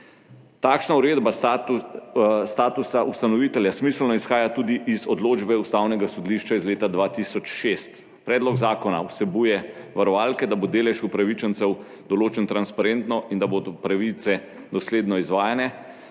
Takšna uredba statusa ustanovitelja smiselno izhaja tudi iz odločbe Ustavnega sodišča iz leta 2006. Predlog zakona vsebuje varovalke, da bo delež upravičencev določen transparentno in da bodo pravice dosledno izvajane,